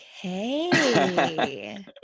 Okay